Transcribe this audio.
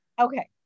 Okay